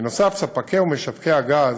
בנוסף, ספקי ומשווקי הגז